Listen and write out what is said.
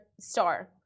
star